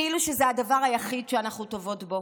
כאילו שזה הדבר היחיד שאנחנו טובות בו?